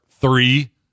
three